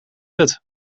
het